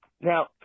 Now